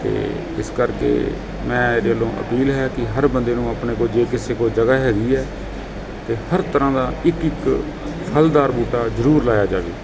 ਅਤੇ ਇਸ ਕਰਕੇ ਮੇਰੀ ਦਿਲੋਂ ਅਪੀਲ ਹੈ ਕਿ ਹਰ ਬੰਦੇ ਨੂੰ ਆਪਣੇ ਕੋਲ ਜੇ ਕਿਸੇ ਕੋਲ ਜਗ੍ਹਾ ਹੈਗੀ ਹੈ ਤਾਂ ਹਰ ਤਰ੍ਹਾਂ ਦਾ ਇੱਕ ਇੱਕ ਫਲਦਾਰ ਬੂਟਾ ਜ਼ਰੂਰ ਲਾਇਆ ਜਾਵੇ